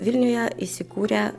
vilniuje įsikūrė